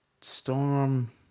Storm